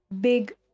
big